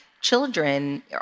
children